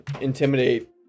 intimidate